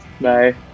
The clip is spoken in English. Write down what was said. Bye